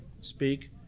speak